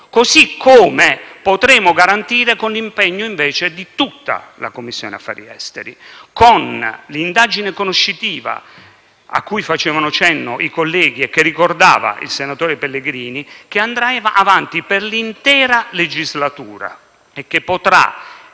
così come potremo garantire invece con l'impegno di tutta la Commissione affari esteri, emigrazione con l'indagine conoscitiva, a cui facevano cenno i colleghi e che ricordava il senatore Pellegrini, che andrà avanti per l'intera legislatura e che potrà